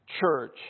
church